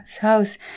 house